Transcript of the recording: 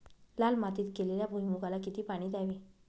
लाल मातीत केलेल्या भुईमूगाला किती पाणी द्यावे?